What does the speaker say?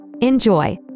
Enjoy